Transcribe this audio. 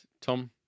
Tom